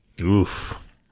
oof